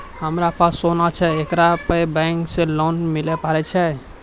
हमारा पास सोना छै येकरा पे बैंक से लोन मिले पारे छै?